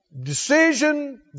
decision